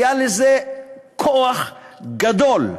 היה לזה כוח גדול,